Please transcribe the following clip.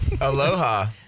aloha